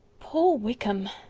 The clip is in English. poor wickham!